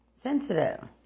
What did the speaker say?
Sensitive